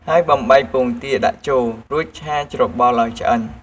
ហើយបំបែកពងទាដាក់ចូល រួចឆាច្របល់ឱ្យឆ្អិន។